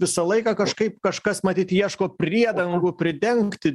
visą laiką kažkaip kažkas matyt ieško priedangų pridengti